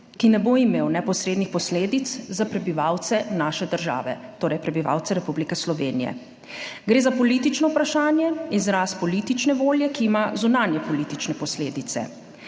ki ne bo imel neposrednih posledic za prebivalce naše države, torej prebivalce Republike Slovenije. Gre za politično vprašanje, izraz politične volje, ki ima zunanje politične posledice.